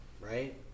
Right